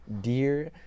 dear